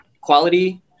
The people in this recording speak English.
quality